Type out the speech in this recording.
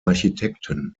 architekten